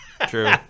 True